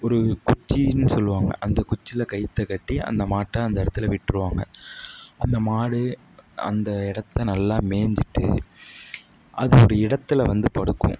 ஒரு குச்சின்னு சொல்லுவாங்க அந்த குச்சியில் கயிற்றை கட்டி அந்த மாட்டை அந்த இடத்துல விட்டுருவாங்க அந்த மாடு அந்த இடத்த நல்லா மேய்ஞ்சிட்டு அது ஒரு இடத்துல வந்து படுக்கும்